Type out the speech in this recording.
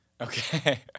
Okay